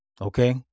okay